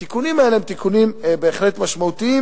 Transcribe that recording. התיקונים האלה הם תיקונים בהחלט משמעותיים,